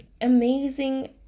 amazing